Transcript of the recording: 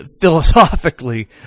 philosophically